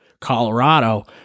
Colorado